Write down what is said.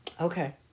Okay